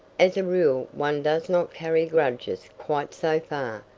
as a rule, one does not carry grudges quite so far.